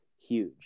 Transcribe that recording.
huge